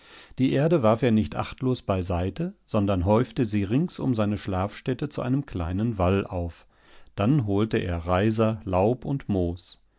die erde warf er nicht achtlos beiseite sondern häufte sie rings um seine schlafstätte zu einem kleinen wall auf dann holte er reiser laub und moos